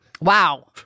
Wow